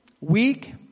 weak